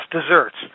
desserts